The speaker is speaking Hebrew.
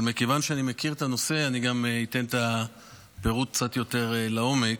אבל מכיוון שאני מכיר את הנושא אני גם אתן פירוט קצת יותר לעומק.